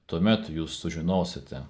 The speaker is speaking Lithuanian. tuomet jūs sužinosite